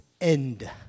end